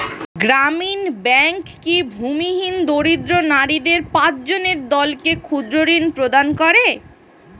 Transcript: গ্রামীণ ব্যাংক কি ভূমিহীন দরিদ্র নারীদের পাঁচজনের দলকে ক্ষুদ্রঋণ প্রদান করে?